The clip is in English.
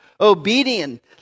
obedient